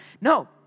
No